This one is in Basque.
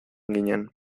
ginen